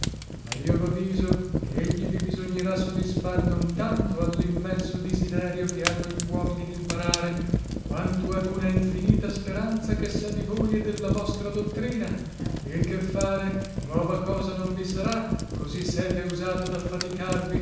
ma io vaviso che egli vi bisognerà sodisfar non tanto allimmenso disiderio che hanno gli uomini dimparare quanto ad una infinita speranza che sha di voi e della vostra dottrina il che fare nuova cosa non vi sarà così sete usato daffaticarvi